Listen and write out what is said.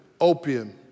opium